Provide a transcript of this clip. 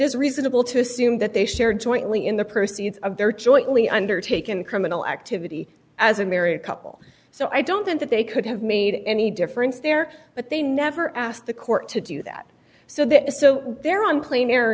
is reasonable to assume that they shared jointly in the proceeds of their choice only undertaken criminal activity as a married couple so i don't think that they could have made any difference there but they never asked the court to do that so that is so they're on clean air